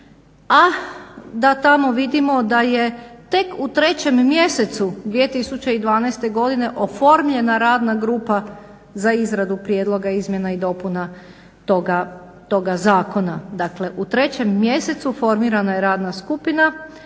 a da tamo vidimo da je tek u 3.mjesecu 2012.godine oformljena radna grupa za izradu prijedloga izmjena i dopuna toga zakona. Dakle, u trećem mjesecu formirana je radna skupina,